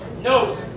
No